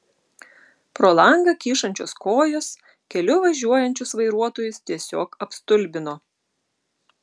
pro langą kyšančios kojos keliu važiuojančius vairuotojus tiesiog apstulbino